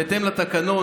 בהתאם לתקנון,